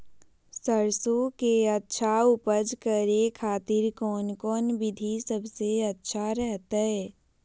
सरसों के अच्छा उपज करे खातिर कौन कौन विधि सबसे अच्छा रहतय?